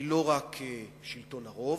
היא לא רק שלטון הרוב,